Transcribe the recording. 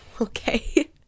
Okay